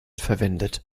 verwendet